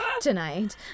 tonight